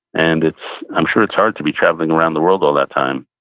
and and i'm sure it's hard to be traveling around the world all that time,